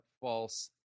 false